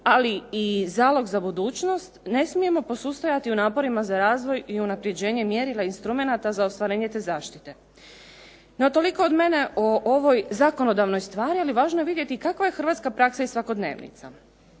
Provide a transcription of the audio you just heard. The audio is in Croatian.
ali i zalog za budućnost, ne smijemo posustajati u naporima za razvoj i unapređenje mjerila i instrumenata za ostvarenje te zaštite. No toliko od mene o ovoj zakonodavnoj stvari, ali je važno vidjeti kako je hrvatska praksa i svakodnevnica.